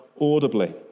audibly